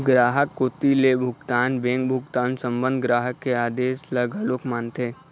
गराहक कोती ले भुगतान बेंक भुगतान संबंध ग्राहक के आदेस ल घलोक मानथे